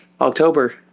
October